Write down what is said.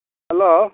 hello